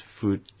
food